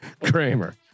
Kramer